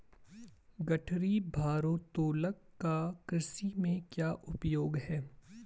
गठरी भारोत्तोलक का कृषि में क्या उपयोग है?